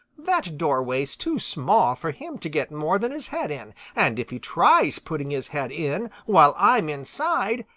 that doorway's too small for him to get more than his head in. and if he tries putting his head in while i'm inside,